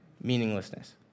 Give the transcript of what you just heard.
meaninglessness